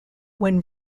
when